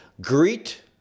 greet